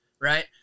Right